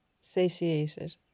satiated